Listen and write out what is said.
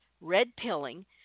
red-pilling